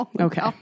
Okay